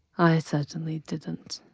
i certainly didn't.